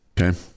Okay